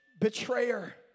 betrayer